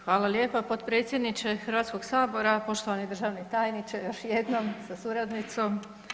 Hvala lijepa potpredsjedniče Hrvatskog sabora, poštovani državni tajniče još jednom sa suradnicom.